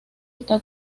está